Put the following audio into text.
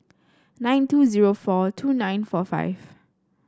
nine two zero four two nine four five